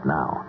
now